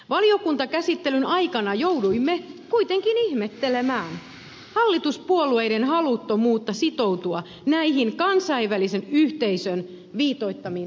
valiokuntakäsittelyn aikana jouduimme kuitenkin ihmettelemään hallituspuolueiden haluttomuutta sitoutua näihin kansainvälisen yhteisön viitoittamiin askelmerkkeihin